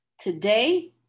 Today